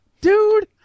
dude